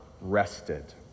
rested